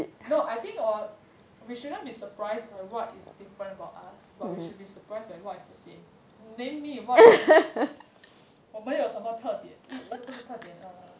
no I think or we shouldn't be surprised by what is different about us but we should be surprised by what is the same name me [what] 我们有什么特点不是特点 err